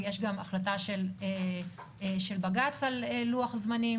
ויש גם החלטה של בג"ץ על לוח הזמנים